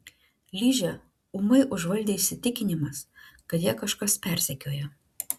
ližę ūmai užvaldė įsitikinimas kad ją kažkas persekioja